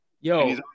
Yo